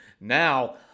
now